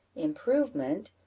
improvement,